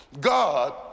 God